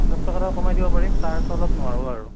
পঞ্চাছ টকা এটা আৰু কমাই দিব পাৰিম তাৰ তলত নোৱাৰোঁ আৰু